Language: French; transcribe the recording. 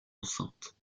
enceinte